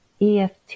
EFT